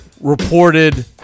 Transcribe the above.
reported